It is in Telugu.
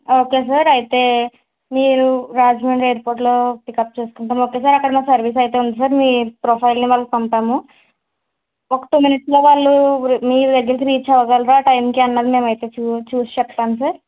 ఒకే సార్ అయితే మీరు రాజమండ్రి ఎయిర్ పోర్టు లో పిక్ అప్ చేసుకుంటాం ఒకసారి అక్కడ మా సర్వీసు అయితే ఉంది సార్ మీ ప్రొఫైలు ని వాళ్ళకి పంపాము ఒక టూ మినిట్స్ లో వాళ్ళు మీ దగ్గరకి రీచ్ అవ్వగలరా ఆ టైము కి అన్నది మేము అయితే చూ చూసి చెప్తాము సార్